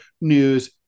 news